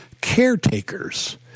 caretakers